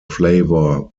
flavor